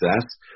success